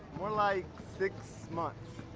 more like six months.